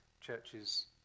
churches